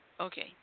Okay